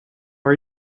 are